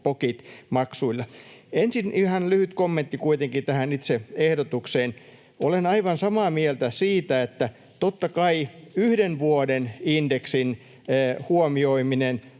kuitenkin ihan lyhyt kommentti tähän itse ehdotukseen. Olen aivan samaa mieltä siitä, että totta kai yhden vuoden indeksin huomioiminen